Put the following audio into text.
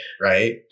right